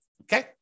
Okay